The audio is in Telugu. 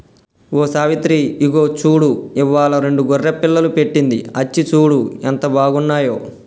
ఓ సావిత్రి ఇగో చూడు ఇవ్వాలా రెండు గొర్రె పిల్లలు పెట్టింది అచ్చి సూడు ఎంత బాగున్నాయో